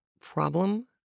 problem